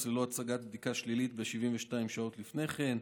ללא הצגת בדיקה שלילית 72 שעות לפני כן,